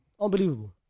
Unbelievable